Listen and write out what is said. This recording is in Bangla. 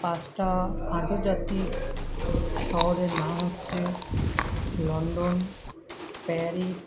পাঁচটা আন্তর্জাতিক শহরের নাম হচ্ছে লন্ডন প্যারিস